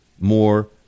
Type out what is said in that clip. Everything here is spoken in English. more